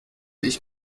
ich